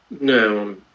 no